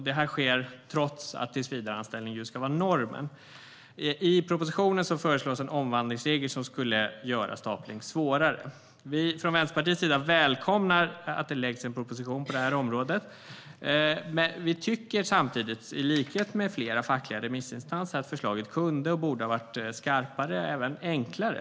Det här sker trots att tillsvidareanställning ska vara normen. I propositionen föreslås en omvandlingsregel som skulle göra stapling svårare. Vi från Vänsterpartiets sida välkomnar att det läggs fram en proposition på det här området, men vi tycker samtidigt, i likhet med flera fackliga remissinstanser, att förslaget kunde och borde ha varit skarpare och enklare.